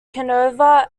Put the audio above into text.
canova